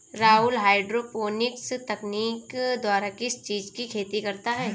Rahul hydroponics तकनीक द्वारा किस चीज की खेती करता है?